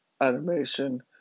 Animation